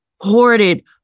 hoarded